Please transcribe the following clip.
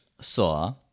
saw